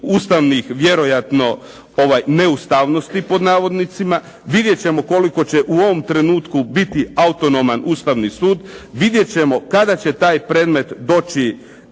Ustavnih vjerojatno „neustavnosti“, vidjet ćemo koliko će u ovom trenutku biti autonoman Ustavni sud, vidjet ćemo kada će taj predmet doći